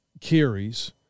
carries